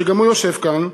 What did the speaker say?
שגם הוא יושב כאן,